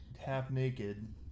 half-naked